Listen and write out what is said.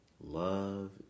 Love